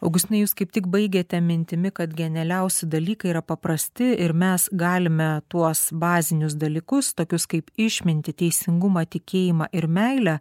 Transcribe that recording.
augustinai jūs kaip tik baigėte mintimi kad genialiausi dalykai yra paprasti ir mes galime tuos bazinius dalykus tokius kaip išmintį teisingumą tikėjimą ir meilę